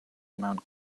mount